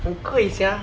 很贵 sia